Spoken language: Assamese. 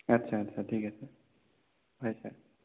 আচ্ছা আচ্ছা ঠিক আছে হয় ছাৰ